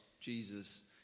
Jesus